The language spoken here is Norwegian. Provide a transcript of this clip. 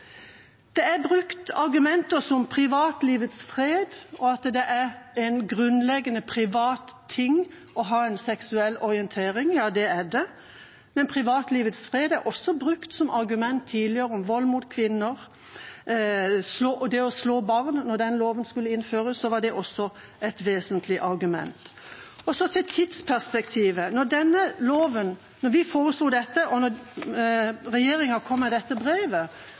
er også brukt som argument tidligere om vold mot kvinner og det å slå barn. Da den loven skulle innføres, var det også et vesentlig argument. Så til tidsperspektivet. Da vi foreslo dette og regjeringa kom med